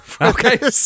Okay